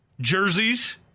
jerseys